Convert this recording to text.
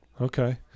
Okay